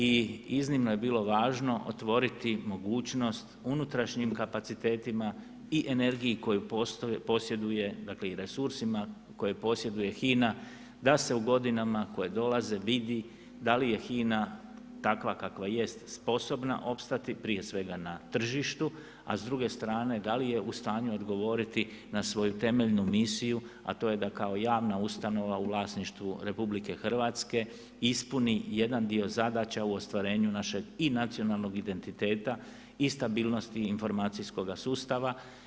I iznimno je bilo važno otvoriti mogućnost unutrašnjim kapacitetima i energiji koju posjeduje dakle i resursima koje posjeduje HINA, da se u godinama koje dolaze vidi da li je HINA takva kakva jest sposobna opstati, prije svega na tržištu, a s druge strane da li je u stanju odgovoriti na svoju temeljnu misiju a to je da kao javna ustanova u vlasništvu RH ispuni jedan dio zadaća u ostvarenju našeg i nacionalnog identiteta i stabilnosti informacijskog sustava.